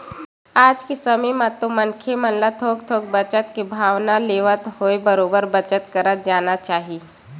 आज के समे म तो मनखे मन ल थोक थोक बचत के भावना लेवत होवय बरोबर बचत करत जाना चाही